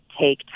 take